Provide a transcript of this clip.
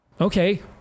Okay